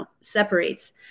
separates